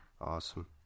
Awesome